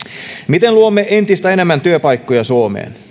miten luomme entistä enemmän työpaikkoja suomeen